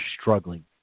struggling